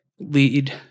lead